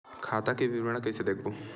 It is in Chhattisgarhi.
खाता के विवरण कइसे देखबो?